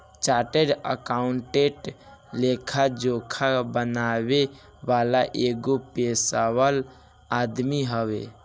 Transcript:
chartered accountant लेखा जोखा बनावे वाला एगो पेशेवर आदमी हवे